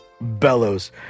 bellows